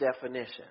definition